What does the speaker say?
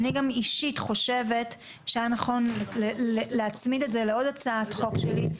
אני אישית חושבת שהיה נכון להצמיד את זה לעוד הצעת חוק שלי,